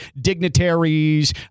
Dignitaries